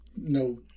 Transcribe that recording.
no